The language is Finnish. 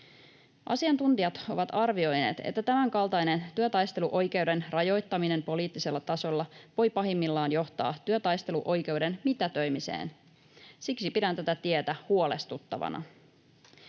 Asiantuntijat ovat arvioineet, että tämänkaltainen työtaisteluoikeuden rajoittaminen poliittisella tasolla voi pahimmillaan johtaa työtaisteluoikeuden mitätöimiseen. Siksi pidän tätä tietä huolestuttavana.